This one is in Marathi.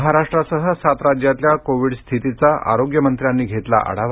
महाराष्ट्रासह सात राज्यातल्या कोविड स्थितीचा आरोग्यमंत्र्यांनी घेतला आढावा